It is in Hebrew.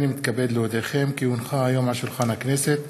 הינני מתכבד להודיעכם כי הונחו היום על שולחן הכנסת,